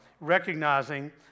Recognizing